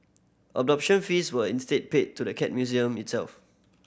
adoption fees were instead paid to the Cat Museum itself